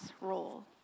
role